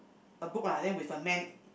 a book ah then with a man